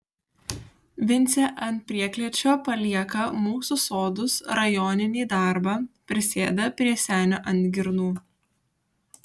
vincė ant prieklėčio palieka mūsų sodus rajoninį darbą prisėda prie senio ant girnų